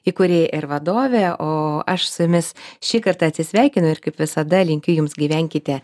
įkūrėja ir vadovė o aš su jumis šį kartą atsisveikinu ir kaip visada linkiu jums gyvenkite